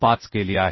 5 केली आहे